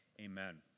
amen